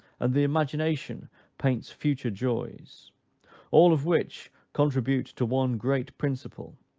and the imagination paints future joys all of which contribute to one great principle,